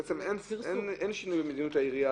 אין שינוי במדיניות העירייה